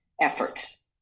efforts